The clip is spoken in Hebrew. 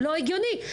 לא הגיוני.